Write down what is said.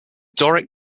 doric